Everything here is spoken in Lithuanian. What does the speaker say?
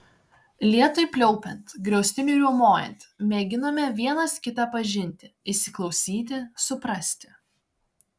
lietui pliaupiant griaustiniui riaumojant mėginome vienas kitą pažinti įsiklausyti suprasti